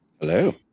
Hello